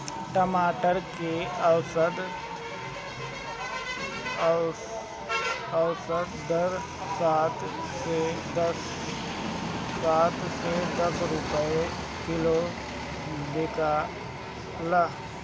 टमाटर के औसत दर सात से दस रुपया किलोग्राम बिकला?